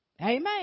Amen